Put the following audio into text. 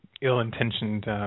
ill-intentioned